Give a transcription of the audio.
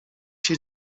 się